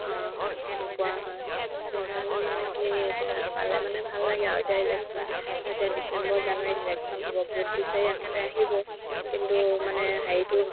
অঁ নোপোৱা হয় সেইকাৰণে মানে কি এতিয়া পালে মানে ভাল লাগে আৰু এতিয়া ইলেকশ্যন এতিয়া ডিচেম্বৰ জানুৱাৰীত ইলেকশ্যন হ'ব ভোট বিচাৰি আহোঁতে আহিব কিন্তু মানে হেৰিটো